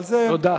תודה.